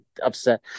upset